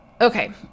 Okay